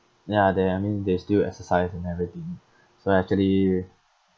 ya they I mean they still exercise and everything so actually